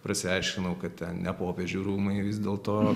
pasiaiškinau kad ten ne popiežių rūmai vis dėlto